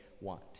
want